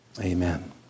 Amen